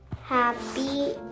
Happy